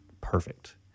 perfect